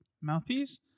mouthpiece